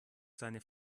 seine